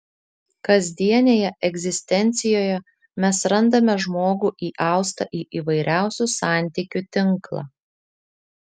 kasdienėje egzistencijoje mes randame žmogų įaustą į įvairiausių santykių tinklą